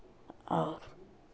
और